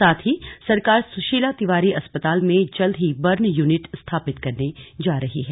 साथ ही सरकार सुशीला तिवारी अस्पताल मे जल्द ही बर्न यूनिट स्थापित करने जा रही है